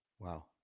Wow